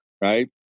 right